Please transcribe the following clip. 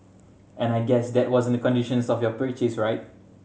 and I guess that wasn't the conditions of your purchase right